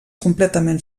completament